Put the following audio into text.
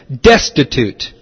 Destitute